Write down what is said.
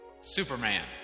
Superman